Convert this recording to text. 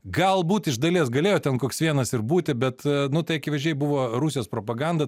galbūt iš dalies galėjo ten koks vienas ir būti bet nu tai akivaizdžiai buvo rusijos propaganda